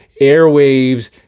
airwaves